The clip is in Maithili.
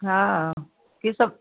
हँ की सब